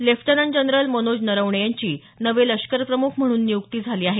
lieutenant general Manoj Naravane यांची नवे लष्कर प्रमुख म्हणून नियुक्ती झाली आहे